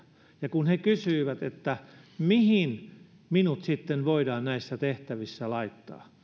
ja kun he kysyivät mihin minut sitten voidaan näissä tehtävissä laittaa